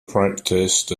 practiced